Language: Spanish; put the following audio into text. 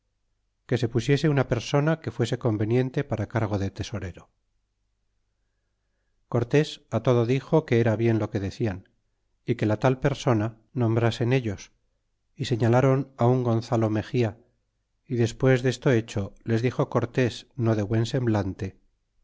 que se pusiese una persona que fuese conveniente para cargo de tesorero cortés todo dixo que era bien lo que decian y que la tal persona nombrase ellos y señalaron un gonzalo mexia y desbues desto hecho les dixo cortés no de buen